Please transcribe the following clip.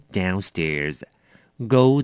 downstairs,go